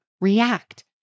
react